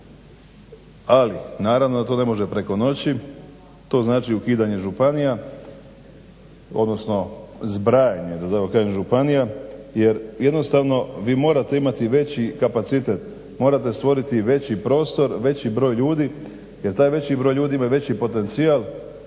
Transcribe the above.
Ali naravno da to ne može preko noći, to znači ukidanje županija odnosno zbrajanje da tako kažem županija jer jednostavno vi morate imati veći kapacitet, morate stvoriti veći prostor, veći broj ljudi jer taj veći broj ljudi imaju veći potencijal,